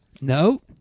No